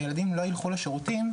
הילדים לא ילכו לשירותים,